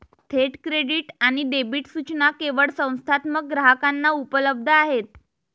थेट क्रेडिट आणि डेबिट सूचना केवळ संस्थात्मक ग्राहकांना उपलब्ध आहेत